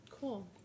cool